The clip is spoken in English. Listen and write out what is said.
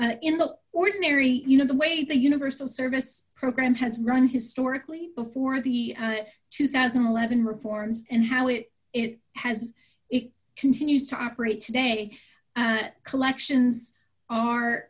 and in the ordinary you know the way the universal service program has run historically before the two thousand and eleven reforms and how it it has it continues to operate today and collections are